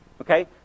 Okay